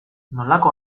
nolako